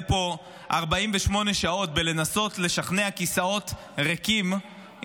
פה 48 שעות בלנסות לשכנע כיסאות ריקים,